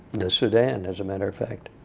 the sudan, as a matter of fact.